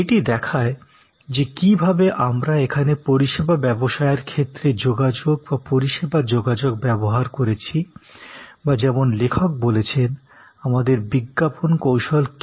এটি দেখায় যে কী ভাবে আমরা এখানে পরিষেবা ব্যবসায়ের ক্ষেত্রে যোগাযোগ বা পরিষেবা যোগাযোগ ব্যবহার করেছি বা যেমন লেখক বলেছেন আমাদের বিজ্ঞাপন কৌশল কী